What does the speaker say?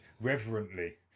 reverently